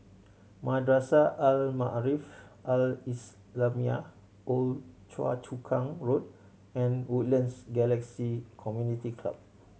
Madrasah Al Maarif Al Islamiah Old Choa Chu Kang Road and Woodlands Galaxy Community Club